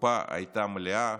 הקופה הייתה מלאה